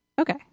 Okay